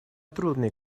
трудные